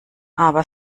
aber